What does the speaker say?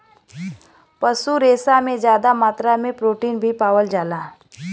पशु रेसा में जादा मात्रा में प्रोटीन भी पावल जाला